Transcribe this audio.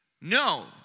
No